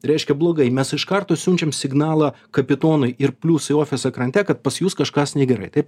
reiškia blogai mes iš karto siunčiam signalą kapitonui ir plius į ofisą krante kad pas jus kažkas negerai taip